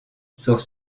sous